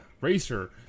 Racer